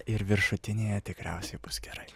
ir viršutinėje tikriausiai bus gerai